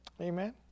Amen